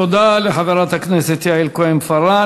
תודה לחברת הכנסת יעל כהן-פארן.